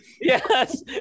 yes